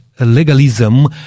legalism